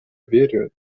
верю